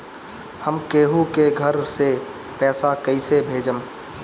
हम केहु के घर से पैसा कैइसे भेजम?